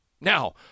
Now